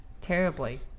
terribly